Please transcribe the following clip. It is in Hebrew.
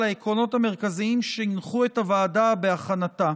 העקרונות המרכזיים שהנחו את הוועדה בהכנתה.